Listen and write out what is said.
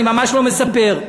אני ממש לא מספר.